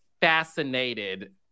fascinated